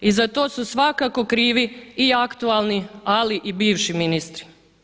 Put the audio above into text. I za to su svakako krivi i aktualni ali i bivši ministri.